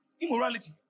Immorality